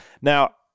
Now